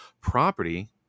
Property